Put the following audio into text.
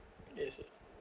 yes uh